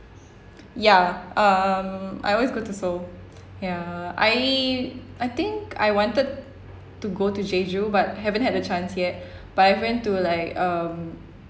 ya um I always go to seoul ya I I think I wanted to go to jeju but haven't had the chance yet but I have went to like um